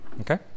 Okay